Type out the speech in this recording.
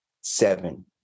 Seven